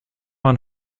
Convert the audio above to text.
man